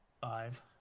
Five